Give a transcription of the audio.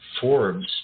Forbes